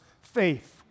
faith